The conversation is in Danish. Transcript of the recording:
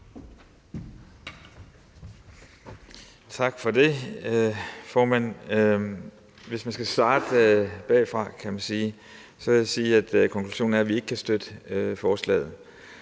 Tak for det, formand. Hvis man skal starte bagfra – kan man sige – vil jeg sige, at konklusionen er, at vi ikke kan støtte forslaget.